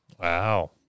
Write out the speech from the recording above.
Wow